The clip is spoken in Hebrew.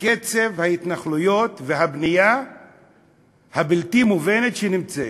בקצב ההתנחלויות והבנייה הבלתי-מובנת שנמצאת.